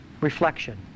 reflection